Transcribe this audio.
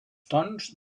tons